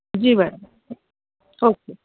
G madam okay